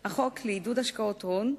החוק לעידוד השקעות הון,